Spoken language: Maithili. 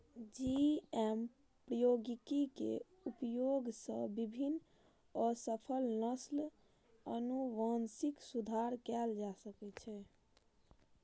जी.एम प्रौद्योगिकी के उपयोग सं विभिन्न फसलक नस्ल मे आनुवंशिक सुधार कैल जा सकै छै